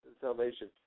salvation